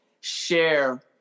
share